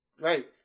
Right